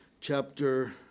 chapter